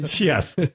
Yes